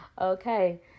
okay